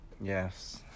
Yes